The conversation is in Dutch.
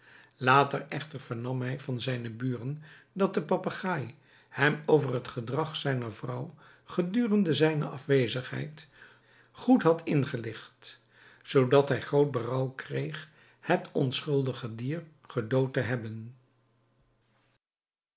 later echter vernam hij van zijne buren dat de papegaai hem over het gedrag zijner vrouw gedurende zijne afwezigheid goed had ingelicht zoodat hij groot berouw kreeg het onschuldige dier gedood te hebben